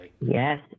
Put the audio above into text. Yes